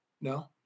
No